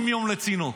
80 יום לצינוק,